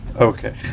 Okay